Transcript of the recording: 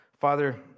Father